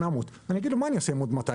800. אגיד לו: מה אני אעשה עם עוד 200,